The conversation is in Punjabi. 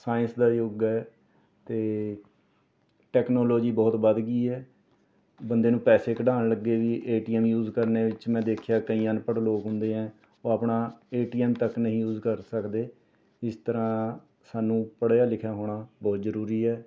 ਸਾਇੰਸ ਦਾ ਯੁੱਗ ਹੈ ਅਤੇ ਟੈਕਨੋਲੋਜੀ ਬਹੁਤ ਵੱਧ ਗਈ ਹੈ ਬੰਦੇ ਨੂੰ ਪੈਸੇ ਕਢਾਉਣ ਲੱਗੇ ਵੀ ਏ ਟੀ ਐੱਮ ਯੂਸ ਕਰਨੇ ਵਿੱਚ ਮੈਂ ਦੇਖਿਆ ਕਈ ਅਨਪੜ੍ਹ ਲੋਕ ਹੁੰਦੇ ਹੈ ਉਹ ਆਪਣਾ ਏ ਟੀ ਐੱਮ ਤੱਕ ਨਹੀਂ ਯੂਸ ਕਰ ਸਕਦੇ ਇਸ ਤਰ੍ਹਾਂ ਸਾਨੂੰ ਪੜ੍ਹਿਆ ਲਿਖਿਆ ਹੋਣਾ ਬਹੁਤ ਜ਼ਰੂਰੀ ਹੈ